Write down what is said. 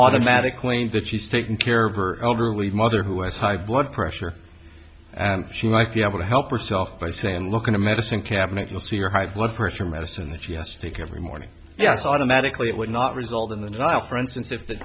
automatically means that she's taking care of her elderly mother who has high blood pressure and she might be able to help herself by saying look in a medicine cabinet you'll see your high blood pressure medicine that yes to take every morning yes automatically it would not result in the diet for instance if the